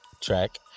track